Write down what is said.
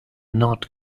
not